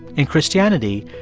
in christianity,